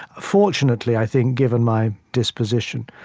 fortunately, i think, given my disposition,